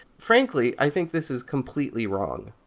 frankly, i think this is completely wrong.